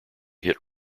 hit